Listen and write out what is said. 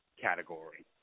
category